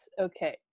Okay